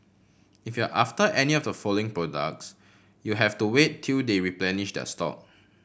if you're after any of the following products you'll have to wait till they replenish their stock